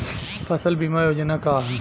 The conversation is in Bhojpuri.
फसल बीमा योजना का ह?